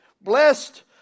Blessed